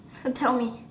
so tell me